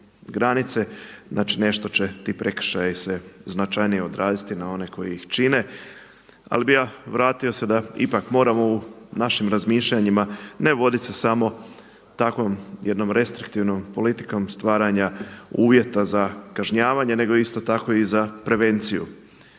znači nešto će ti prekršaji se značajnije odraziti na one koji ih čine. Ali bih ja vratio se da ipak moramo u našim razmišljanjima ne vodit se samo takvom jednom restriktivnom politikom stvaranja uvjeta za kažnjavanje, nego isto tako i za prevenciju.